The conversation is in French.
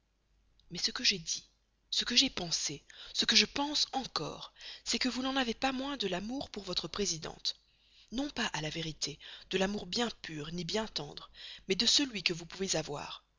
mais ce que j'ai dit ce que j'ai pensé ce que je pense encore c'est que vous n'en avez pas moins de l'amour pour votre présidente non pas à la vérité de l'amour bien pur ni bien tendre mais de celui que vous pouvez avoir